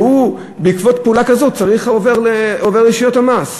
ובעקבות פעולה כזאת זה עובר לרשויות המס.